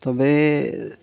ᱛᱚᱵᱮ